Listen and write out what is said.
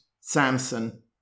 Samson